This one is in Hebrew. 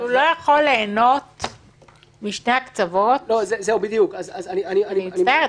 תקופת כהונתה של אותה הכנסת"; (2) בסעיף 30(ד),